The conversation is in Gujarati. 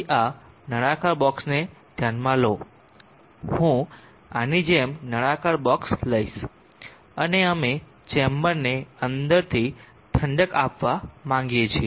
તેથી આ નળાકાર બોક્ષને ધ્યાનમાં લો હું આની જેમ નળાકાર બોક્ષ લઈશ અને અમે ચેમ્બરને અંદરથી ઠંડક આપવા માંગીએ છીએ